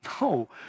No